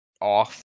off